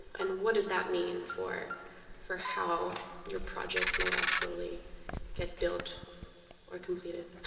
and what does that mean for for how your projects might actually get built or completed